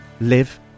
live